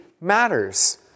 matters